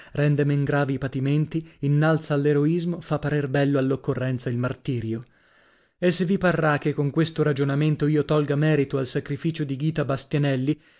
rende men gravi i patimenti innalza all'eroismo fa parer bello all'occorrenza il martirio e se vi parrà che con questo ragionamento io tolga merito al sacrificio di ghita bastianelli